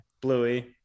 Bluey